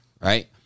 right